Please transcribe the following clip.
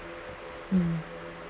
um